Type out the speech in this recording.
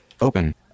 open